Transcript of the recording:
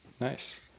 Nice